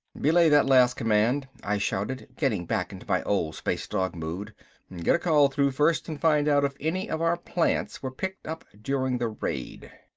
belay that last command, i shouted, getting back into my old space-dog mood. get a call through first and find out if any of our plants were picked up during the raid.